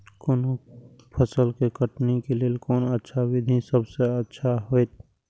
कोनो फसल के कटनी के लेल कोन अच्छा विधि सबसँ अच्छा होयत?